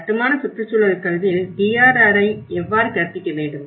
கட்டுமான சுற்றுச்சூழல் கல்வியில் DRRஐ எவ்வாறு கற்பிக்க வேண்டும்